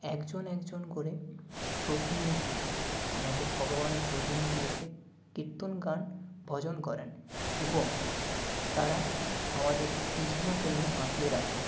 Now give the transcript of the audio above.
একজন একজন করে প্রতিনিধি আমাদের ভগবানের প্রতিনিধি এসে কীর্তন গান ভজন করেন এবং তারা আমাদেরকে কৃষ্ণ প্রেমে মাতিয়ে রাখেন